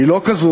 היא לא כזאת,